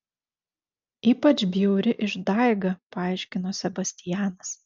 ypač bjauri išdaiga paaiškino sebastianas